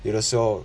it also